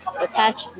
attach